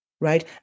right